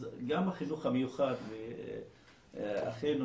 גם החינוך המיוחד, ואחינו,